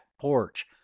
porch